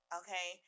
okay